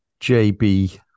JB